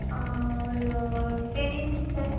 ஒரு ஒரு ten inch sir